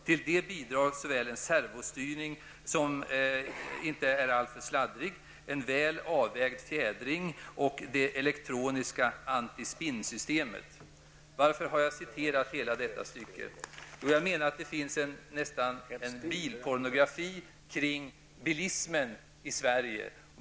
Till det bidrar såväl en servostyrning som inte är allt för sladdrig, en väl avvägd fjädring och det elektroniska antispinnsystemet.'' Varför har jag då citerat detta? Jo, jag menar att det nästan finns en bilpornografi kring bilismen i Sverige.